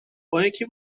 بااینکه